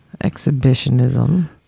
exhibitionism